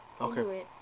okay